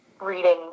reading